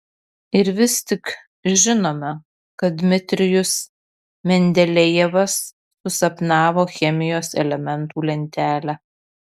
ir vis tik žinome kad dmitrijus mendelejevas susapnavo chemijos elementų lentelę